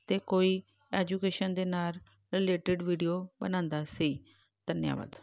ਅਤੇ ਕੋਈ ਐਜੂਕੇਸ਼ਨ ਦੇ ਨਾਲ ਰਿਲੇਟਿਡ ਵੀਡੀਓ ਬਣਾਉਂਦਾ ਸੀ ਧੰਨਵਾਦ